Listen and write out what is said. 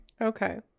okay